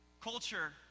Culture